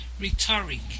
rhetoric